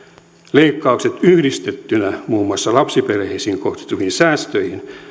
leikkaukset yhdistettyinä muun muassa lapsiperheisiin kohdistuviin säästöihin